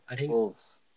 Wolves